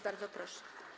Bardzo proszę.